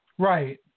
Right